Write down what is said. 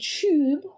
tube